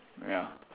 ya